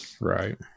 Right